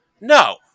no